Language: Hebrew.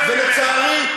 ולצערי,